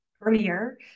earlier